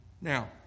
Now